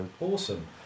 Awesome